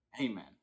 Amen